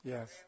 Yes